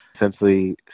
Essentially